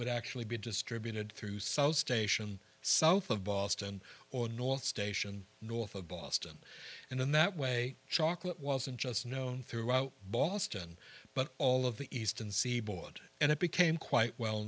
would actually be distributed through south station south of boston or north station north of boston and in that way chocolate wasn't just known throughout boston but all of the eastern seaboard and it became quite well